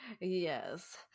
yes